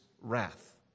wrath